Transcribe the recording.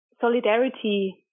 solidarity